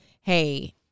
hey